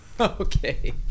Okay